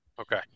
okay